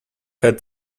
had